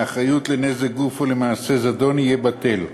מאחריות לנזק גוף או למעשה זדון, יהיה בטל.